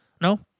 No